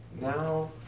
Now